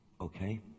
Okay